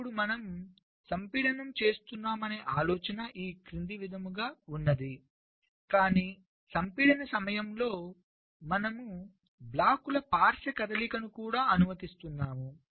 ఇప్పుడు మనము సంపీడనం చేస్తున్నామనే ఆలోచన ఈ క్రింది విధంగా ఉంది కాని సంపీడన సమయంలో మనము బ్లాకుల పార్శ్వ కదలికను కూడా అనుమతిస్తున్నాము